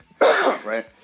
Right